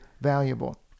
valuable